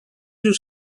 yüz